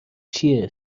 چیه